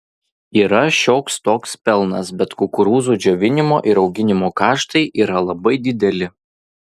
yra šioks toks pelnas bet kukurūzų džiovinimo ir auginimo kaštai yra labai dideli